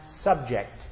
subject